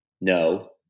no